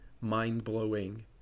mind-blowing